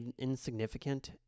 insignificant